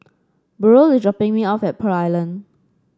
Burrel is dropping me off at Pearl Island